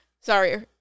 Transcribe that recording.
Sorry